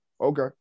Okay